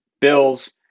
bills